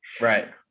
Right